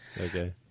Okay